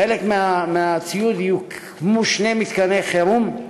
בחלק מהציוד יוקמו שני מתקני חירום,